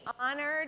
honored